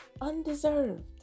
Undeserved